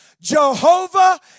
Jehovah